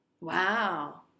Wow